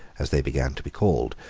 as they began to be called,